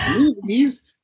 movies